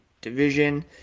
Division